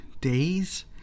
days